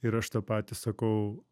ir aš tą patį sakau